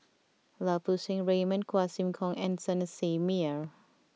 Lau Poo Seng Raymond Quah Kim Song and Manasseh Meyer